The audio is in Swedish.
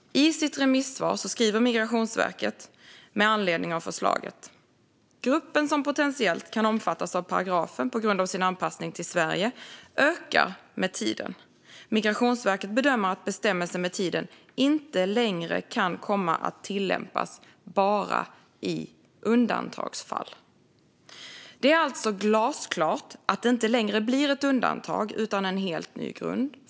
I sitt remissvar skriver Migrationsverket med anledning av förslaget: Gruppen som potentiellt kan omfattas av paragrafen på grund av sin anpassning till Sverige ökar med tiden. Migrationsverket bedömer att bestämmelsen med tiden inte längre kan komma att tillämpas bara i undantagsfall. Det är alltså glasklart att det inte längre blir ett undantag utan en helt ny grund.